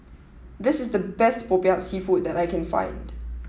this is the best Popiah seafood that I can find